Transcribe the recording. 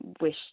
wish